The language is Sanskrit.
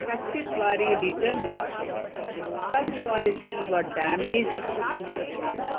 कश्चिद् वारि रिटर्न् नास्ति सब्क्वालिटी वा डेमेज्ड् अपि आगच्छति